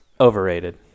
Overrated